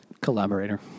Collaborator